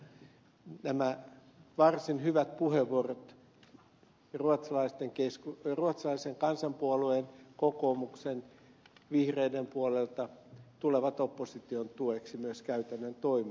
toivon että nämä varsin hyvät puheenvuorot ruotsalaisen kansanpuolueen kokoomuksen ja vihreiden puolelta tulevat opposition tueksi myös käytännön toimiin